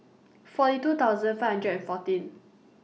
forty two thousand five hundred and fourteen